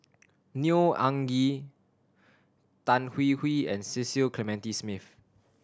Neo Anngee Tan Hwee Hwee and Cecil Clementi Smith